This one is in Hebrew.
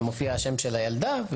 ומופיע השם של הילדה,